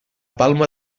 palma